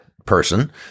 person